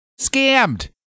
Scammed